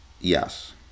Yes